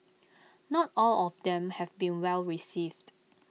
not all of them have been well received